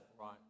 Right